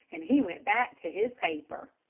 and he went back to his paper.